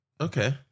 Okay